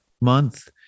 month